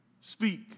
Speak